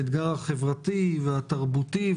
האתגר החברתי והתרבותי,